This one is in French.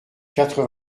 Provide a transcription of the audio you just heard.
quatre